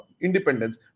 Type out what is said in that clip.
independence